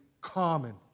common